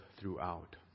throughout